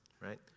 right